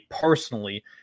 personally